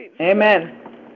Amen